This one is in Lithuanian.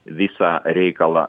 visą reikalą